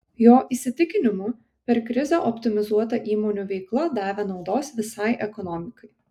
jo įsitikinimu per krizę optimizuota įmonių veikla davė naudos visai ekonomikai